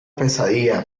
pesadilla